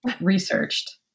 researched